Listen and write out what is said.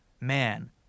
man